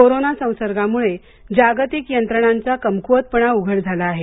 corona संसर्गामुळं जागतिक यंत्रणांचा कमकुवतपणा उघड झाला आहे